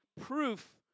proof